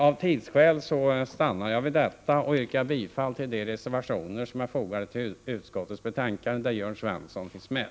Av tidsskäl stannar jag vid detta och yrkar bifall till de reservationer som är fogade till utskottsbetänkandet och där Jörn Svenssons namn finns med.